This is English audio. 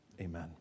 amen